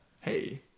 hey